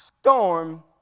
storm